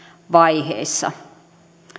vaiheissa